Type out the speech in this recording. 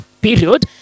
period